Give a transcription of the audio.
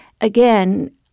Again